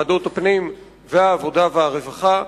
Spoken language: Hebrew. ועדת הפנים והעבודה והרווחה,